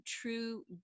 true